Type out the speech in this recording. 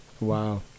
Wow